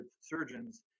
Surgeons